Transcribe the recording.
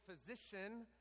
physician